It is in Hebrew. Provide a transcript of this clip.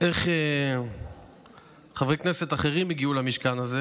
איך חברי כנסת אחרים הגיעו למשכן הזה